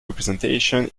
representation